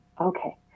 Okay